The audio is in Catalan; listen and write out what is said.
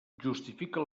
justifica